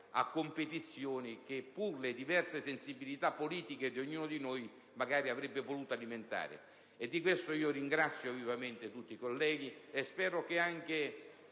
a competizioni che le diverse sensibilità politiche di ognuno di noi avrebbero potuto alimentare. Di questo ringrazio vivamente tutti i colleghi e spero che anche